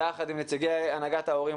יחד עם נציגי הנהגת ההורים